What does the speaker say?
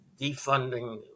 defunding